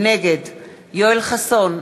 נגד יואל חסון,